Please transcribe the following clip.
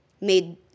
made